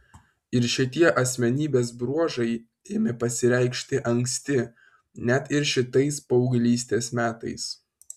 ir šitie asmenybės bruožai ėmė pasireikšti anksti net ir šitais paauglystės metais